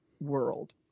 world